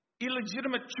illegitimate